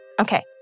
Okay